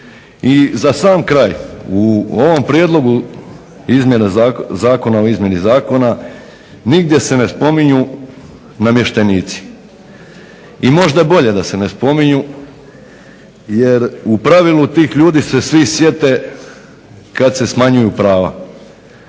I za sam kraj, u ovom prijedlogu izmjene zakona o izmjeni zakona nigdje se ne spominju namještenici. I možda je bolje da se ne spominju jer u pravilu sjete kada se smanjuju prava.